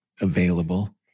available